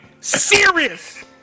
serious